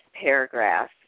paragraph